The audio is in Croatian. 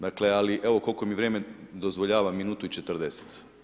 Dakle, evo koliko mi vrijeme dozvoljava minutu i 40.